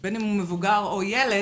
בין אם הוא מבוגר או ילד,